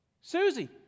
Susie